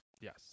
yes